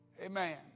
Amen